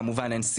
כמובן,